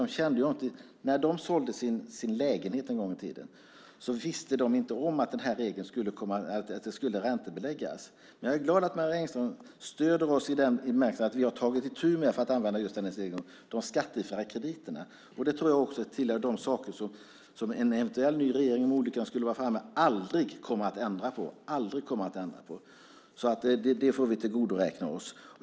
De som sålde sin lägenhet en gång i tiden visste inte att det skulle räntebeläggas. Jag är glad att Marie Engström stöder oss i den bemärkelsen att vi har tagit itu med de skattefria krediterna. Jag tror att det tillhör de saker som en eventuell ny regering, om olyckan skulle vara framme, aldrig kommer att ändra på. Det får vi tillgodoräkna oss.